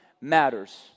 matters